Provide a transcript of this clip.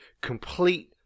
complete